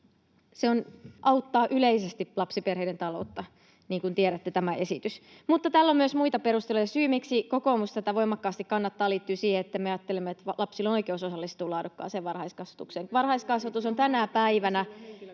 auttaa yleisesti lapsiperheiden taloutta, niin kuin tiedätte. Tällä on myös muita perusteluja, ja syy, miksi kokoomus tätä voimakkaasti kannattaa, liittyy siihen, että me ajattelemme, että lapsilla on oikeus osallistua laadukkaaseen varhaiskasvatukseen. [Välihuutoja